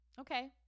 Okay